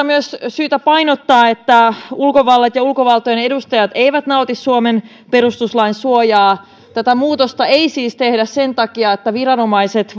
myös syytä painottaa että ulkovallat ja ulkovaltojen edustajat eivät nauti suomen perustuslain suojaa tätä muutosta ei siis tehdä sen takia että viranomaiset